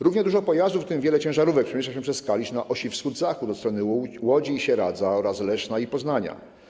Równie dużo pojazdów, w tym wiele ciężarówek, przemieszcza się przez Kalisz na osi wschód - zachód od strony Łodzi i Sieradza oraz Leszna i Poznania.